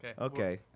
Okay